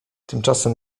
tymczasem